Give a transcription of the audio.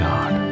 God